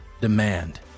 Demand